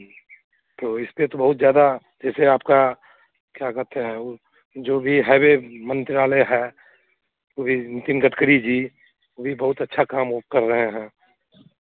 तो इसपे तो बहुत ज़्यादा जैसे आपका क्या कहते हैं वो जो भी हाइवे मंत्रालय हैं नितिन गडकरी जी अभी बहुत अच्छा काम वो कर रहे हैं